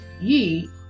ye